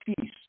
peace